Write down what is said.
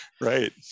right